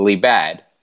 bad